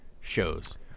shows